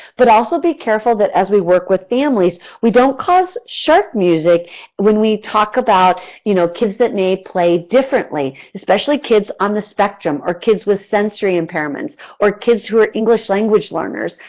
but also to be careful that, as we work with families, we don't cause shark music when we talk about you know kids that may play differently. especially kids on the spectrum or kids with sensory impairments or kids who are english language learners.